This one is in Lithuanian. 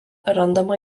randama